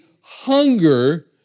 hunger